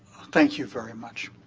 thank you very much.